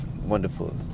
Wonderful